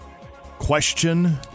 Question